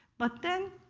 but then